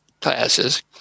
classes